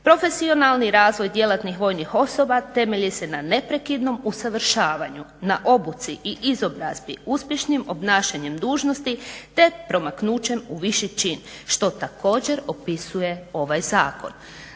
Profesionalni razvoj djelatnih vojnih osoba temelji se na neprekidnom usavršavanju, na obuci i izobrazbi uspješnim obnašanjem dužnosti, te promaknućem u viši čin, što također opisuje ovaj zakon.